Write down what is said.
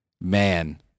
man